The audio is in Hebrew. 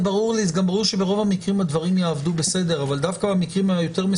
הרעיון הוא שלפעמים אין משמעות לאותה הכרעה,